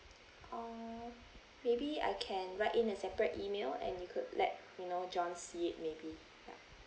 or maybe I can write in a separate email and you could let you know john see it maybe ya